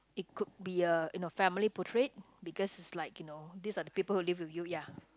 it could be a you know family portrait because it's like you know this are the people who live with you ya